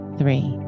three